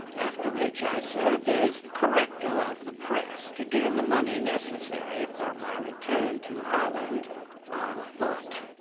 after which i served as corrector of the press to gain the money necessary for my return to holland on foot.